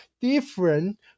different